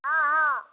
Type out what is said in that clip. हँ हँ